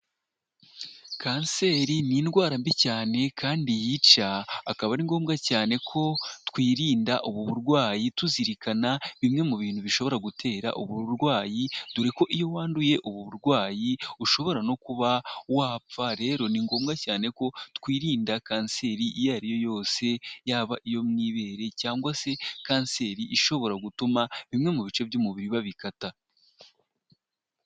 Kanseri n'indwara mbi cyane kandi yica, akaba ari ngombwa cyane ko twirinda ubu burwayi tuzirikana bimwe mu bintu bishobora gutera uburwayi, dore ko iyo wanduye ubu burwayi ushobora no kuba wapfa, rero ni ngombwa cyane ko twirinda kanseri iyo ariyo yose, yaba iyo mu' ibere, cyangwa se kanseri ishobora gutuma bimwe mu bice by'umubiri babi bikata.